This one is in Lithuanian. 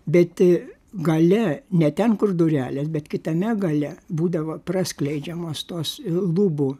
bet gale ne ten kur durelės bet kitame gale būdavo praskleidžiamos tos lubų